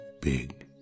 big